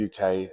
UK